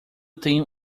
tenho